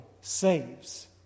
saves